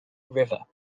river